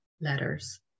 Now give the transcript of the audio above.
letters